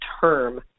term